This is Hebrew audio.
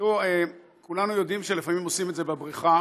תראו, כולנו יודעים שלפעמים עושים את זה בבריכה.